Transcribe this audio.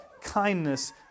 kindness